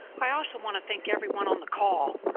i also want to thank everyone on the call.